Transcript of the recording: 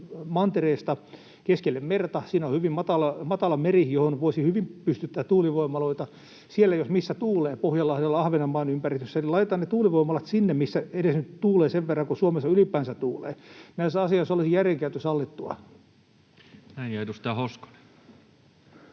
mantereesta keskelle merta? Siinä on hyvin matala meri, johon voisi hyvin pystyttää tuulivoimaloita. Siellä jos missä tuulee, Pohjanlahdella, Ahvenanmaan ympäristössä, eli laitetaan ne tuulivoimalat sinne, missä edes nyt tuulee sen verran kuin Suomessa ylipäänsä tuulee. Näissä asioissa olisi järjenkäyttö sallittua. [Speech 38] Speaker: